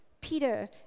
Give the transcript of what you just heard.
Peter